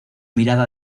mirada